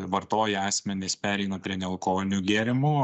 vartoja asmenys pereina prie nealkoholinių gėrimų